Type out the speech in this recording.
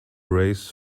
race